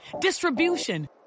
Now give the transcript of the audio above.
distribution